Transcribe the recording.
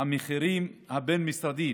המחירים הבין-משרדית